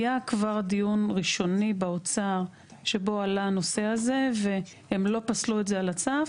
היה כבר דיון ראשוני באוצר שבו עלה הנושא הזה והם לא פסלו את זה על הסף.